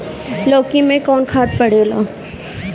लौकी में कौन खाद पड़ेला?